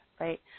right